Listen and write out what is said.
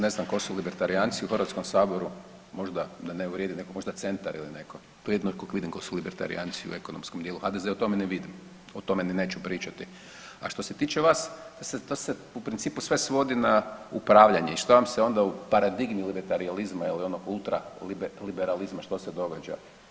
Ne znam tko su libertarijanci u Hrvatskom saboru, možda da ne uvrijedim nekog, možda centar ili netko, to je jedino koga vidim da su libertarijanci u ekonomskom dijelu, HDZ u tome ne vidim, o tome ni neću pričati, a što se tiče vas, to se u principu sve svodi na upravljanje i šta vam se onda u paradigmi libertarijalizma ili onog ultra liberalizma što se događa?